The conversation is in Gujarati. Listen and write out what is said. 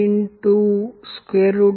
C